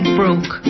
broke